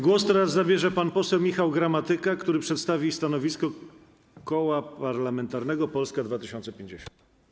Głos zabierze pan poseł Michał Gramatyka, który przedstawi stanowisko Koła Parlamentarnego Polska 2050.